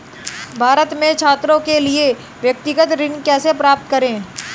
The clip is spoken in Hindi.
भारत में छात्रों के लिए व्यक्तिगत ऋण कैसे प्राप्त करें?